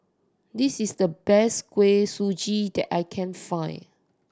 this is the best Kuih Suji that I can find